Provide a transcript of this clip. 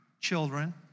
children